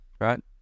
right